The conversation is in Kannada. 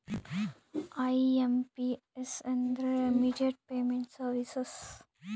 ಐ.ಎಂ.ಪಿ.ಎಸ್ ಅಂದ್ರ ಇಮ್ಮಿಡಿಯೇಟ್ ಪೇಮೆಂಟ್ ಸರ್ವೀಸಸ್